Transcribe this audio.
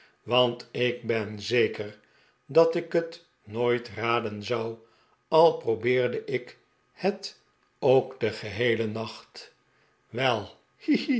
want ik ben zeker dat ik het nooit raden zou al probeerde ik het ook den geheelen nacht